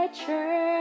church